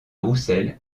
roussel